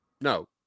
No